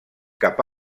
cap